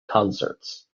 concerts